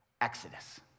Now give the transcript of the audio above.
Exodus